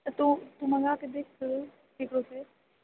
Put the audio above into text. तू तू मँगाके देख तऽ केकरोसँ